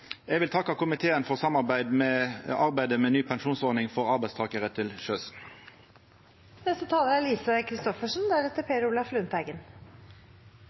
Eg vil takka komiteen for samarbeidet rundt arbeidet med ny pensjonsordning for arbeidstakarar til